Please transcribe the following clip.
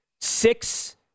six